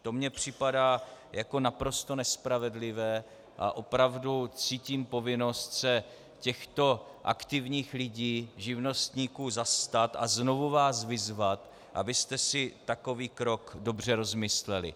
To mi připadá jako naprosto nespravedlivé a opravdu cítím povinnost se těchto aktivních lidí, živnostníků, zastat a znovu vás vyzvat, abyste si takový krok dobře rozmysleli.